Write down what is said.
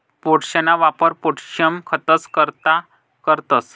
पोटाशना वापर पोटाशियम खतंस करता करतंस